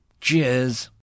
Cheers